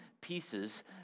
pieces